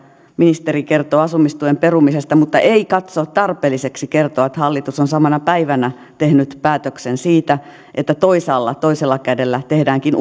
ministeri kertoo asumistuen leikkauksen perumisesta mutta ei katso tarpeelliseksi kertoa että hallitus on samana päivänä tehnyt päätöksen siitä että toisaalla toisella kädellä tehdäänkin